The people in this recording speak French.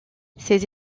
ses